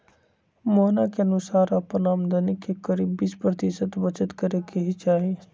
मोहना के अनुसार अपन आमदनी के करीब बीस प्रतिशत बचत करे के ही चाहि